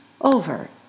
over